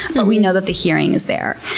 but we know that the hearing is there.